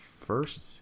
first